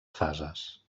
fases